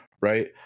right